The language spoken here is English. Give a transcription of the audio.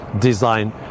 design